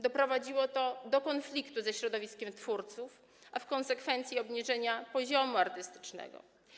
Doprowadziło to do konfliktu ze środowiskiem twórców, a w konsekwencji do obniżenia poziomu artystycznego.